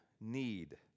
need